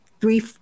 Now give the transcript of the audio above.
three